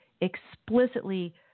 Explicitly